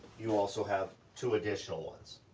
you also have two additional ones.